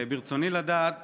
ברצוני לדעת